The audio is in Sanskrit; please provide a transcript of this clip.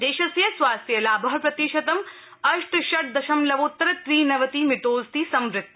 देशस्य स्वास्थ्यलाभ प्रतिशतं अष्ट षड़ दशमलवोत्तर त्रिनवतिमितोऽस्ति संवृत्त